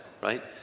right